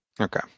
Okay